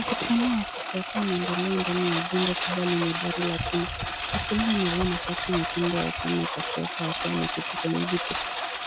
Mkutano wa kisiasa unaendelea ndani ya jengo kubwa lenye dari la chuma. Watu wengi wamevaa mashati mekundu ya chama cha siasa wakiwa wameketi kwenye viti.